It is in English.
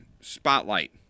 spotlight